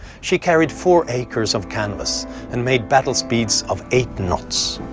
she carried four acres of canvas and made battle speeds of eight knots.